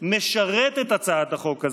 משרתת הצעת החוק הזאת.